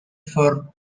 for